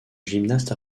gymnaste